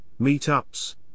meetups